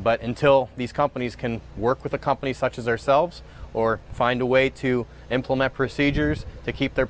but until these companies can work with a company such as ourselves or find a way to implement procedures to keep their